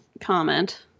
comment